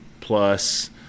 plus